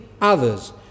others